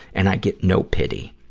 and i get no pity.